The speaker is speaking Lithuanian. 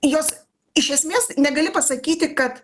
jos iš esmės negali pasakyti kad